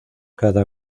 cada